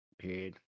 period